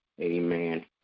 Amen